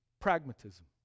Pragmatism